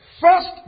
First